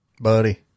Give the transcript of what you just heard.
Buddy